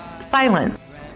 silence